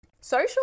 social